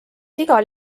igal